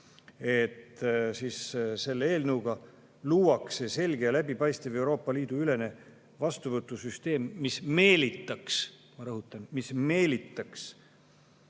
et selle eelnõuga luuakse selge ja läbipaistev Euroopa Liidu ülene vastuvõtusüsteem, mis meelitaks – ma rõhutan: mis meelitaks